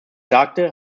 sagte